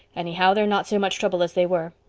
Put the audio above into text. anyhow they're not so much trouble as they were.